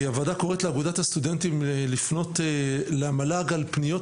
הוועדה קוראת לאגודת הסטודנטים לפנות למל"ג על פניות